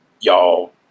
y'all